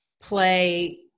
play